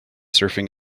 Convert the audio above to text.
surfing